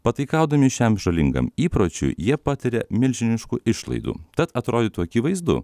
pataikaudami šiam žalingam įpročiui jie patiria milžiniškų išlaidų tad atrodytų akivaizdu